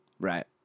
Right